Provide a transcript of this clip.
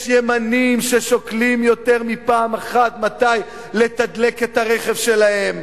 יש ימנים ששוקלים יותר מפעם אחת מתי לתדלק את הרכב שלהם.